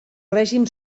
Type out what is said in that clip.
règim